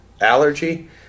allergy